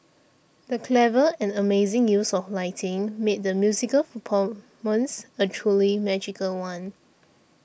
the clever and amazing use of lighting made the musical performance a truly magical one